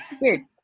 Weird